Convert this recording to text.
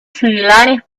similares